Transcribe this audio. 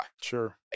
Sure